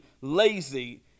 lazy